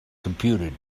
computed